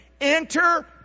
Enter